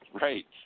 Right